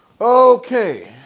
Okay